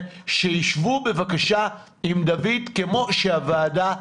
שישבו בבקשה עם דוד כמו שהוועדה החליטה.